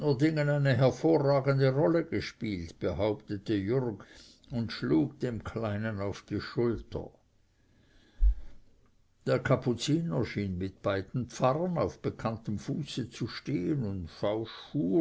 eine hervorragende rolle gespielt behauptete jürg und schlug dem kleinen auf die schulter der kapuziner schien mit beiden pfarrern auf bekanntem fuße zu stehen und